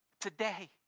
today